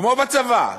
כמו בצבא,